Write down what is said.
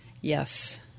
Yes